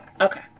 Okay